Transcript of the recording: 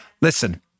Listen